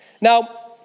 Now